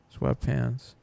sweatpants